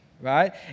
right